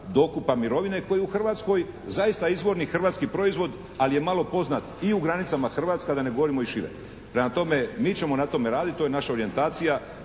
dokupa mirovine koji je u Hrvatskoj zaista izvorni hrvatski proizvod, ali je malo poznat i u granicama Hrvatske, a da ne govorimo i šire. Prema tome, mi ćemo na tome raditi. To je naša orijentacija.